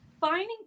Finding